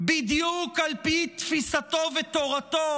בדיוק על פי תפיסתו ותורתו,